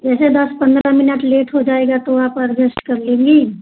ऐसे दस पंद्रह मिनट लेट हो जाएगा तो आप अडजस्ट कर लेंगे